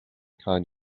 kind